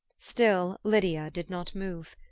still lydia did not move.